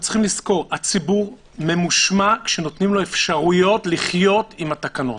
צריך לזכור הציבור ממושמע כשנותנים לו אפשרויות לחיות עם התקנות.